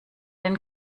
den